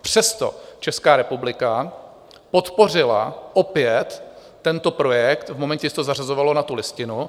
Přesto Česká republika podpořila opět tento projekt v momentě, když se to zařazovalo na tu listinu.